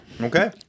Okay